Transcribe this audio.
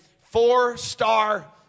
four-star